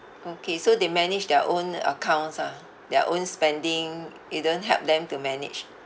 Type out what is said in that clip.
okay so they manage their own accounts ah their own spending you don't help them to manage